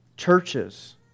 Churches